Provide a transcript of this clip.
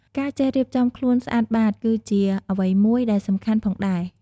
ការចេះរៀបចំខ្លួនស្អាតបាតក៏ជាអ្វីមួយដែលសំខាន់ផងដែរ។